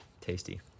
Tasty